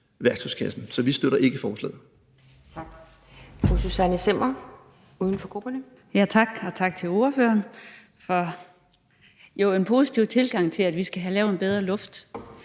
Så vi støtter varmt forslaget.